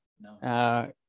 No